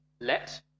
let